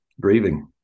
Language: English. grieving